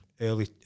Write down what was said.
early